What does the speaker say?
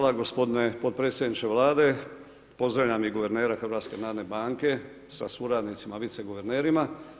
Hvala gospodine podpredsjedniče Vlade, pozdravljam i guvernera HNB-a sa suradnicima vice guvernerima.